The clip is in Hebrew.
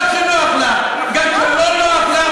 תחכה, טוב, גברתי,